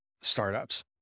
startups